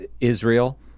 Israel